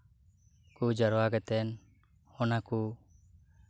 ᱠᱳ ᱡᱟᱣᱨᱟ ᱠᱟᱛᱮᱜ ᱚᱱᱟ ᱠᱚ